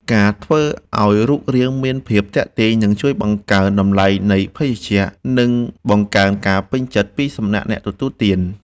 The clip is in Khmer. ការធ្វើឱ្យរូបរាងមានភាពទាក់ទាញនឹងជួយបង្កើនតម្លៃនៃភេសជ្ជៈ និងបង្កើនការពេញចិត្តពីសំណាក់អ្នកទទួលទាន។